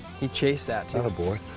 he chased that, too. attaboy.